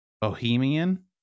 bohemian